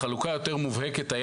חלוקה יותר מובהקת של: